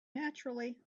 naturally